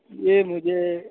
یہ مجھے